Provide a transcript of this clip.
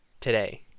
today